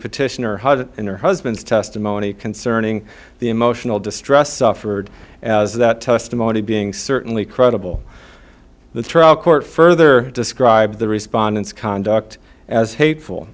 petitioner in her husband's testimony concerning the emotional distress suffered as that testimony being certainly credible the trial court further described the respondents conduct as hateful